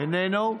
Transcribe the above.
איננו,